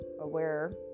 aware